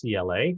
CLA